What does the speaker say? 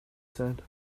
said